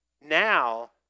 now